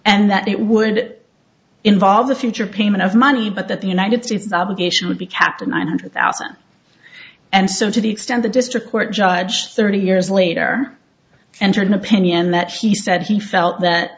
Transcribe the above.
and that would involve a future payment of money but that the united states obligation would be kept on one hundred thousand and so to the extent the district court judge thirty years later entered an opinion that he said he felt that